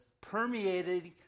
permeated